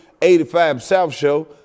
85SOUTHSHOW